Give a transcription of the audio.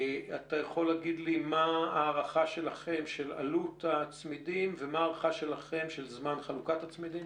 אתה יכול להגיד לי מה ההערכה שלכם של עלות הצמידים ושל זמן החלוקה שלהם?